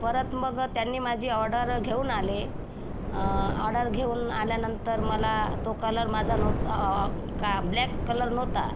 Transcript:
परत मग त्यांनी माझी ऑडरं घेऊन आले ऑडर घेऊन आल्यानंतर मला तो कलर माझा नवत् ऑ काय ब्लॅक कलर नव्हता